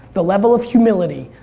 the level of humility,